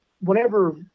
whenever